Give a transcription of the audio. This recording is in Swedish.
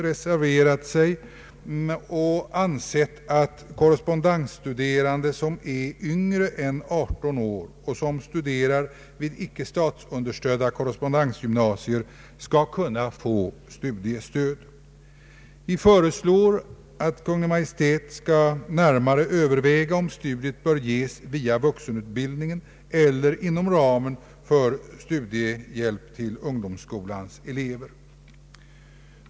Därför vill vi som står bakom reservationen 4 biträda motionsyrkandet att korrespondensstuderande vid icke statsunderstödda korrespondensgymnasier skall få studiehjälp. Vi föreslår att Kungl. Maj:t skall överväga om stödet bör ges via vuxenutbildningen eller inom ramen för studiehjälpen till ungdomsskolans elever.